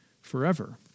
forever